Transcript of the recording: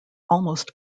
almost